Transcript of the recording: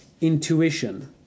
intuition